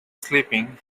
sleeping